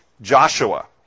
Joshua